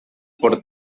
por